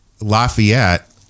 Lafayette